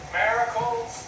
miracles